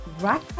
Right